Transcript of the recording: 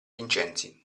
vincenzi